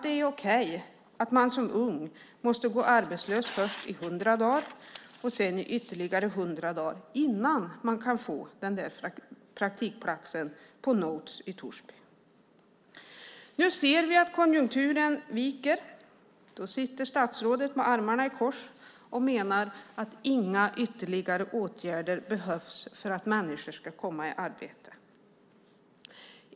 Det är okej att man som ung måste gå arbetslös först i 100 dagar och sedan i ytterligare 100 dagar innan man kan få den där praktikplatsen på Note i Torsby. Nu ser vi att konjunkturen viker. Då sitter statsrådet med armarna i kors och menar att inga ytterligare åtgärder behövs för att människor ska komma i arbete.